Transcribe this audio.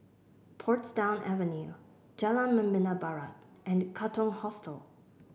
Portsdown Avenue Jalan Membina Barat and Katong Hostel